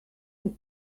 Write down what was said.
out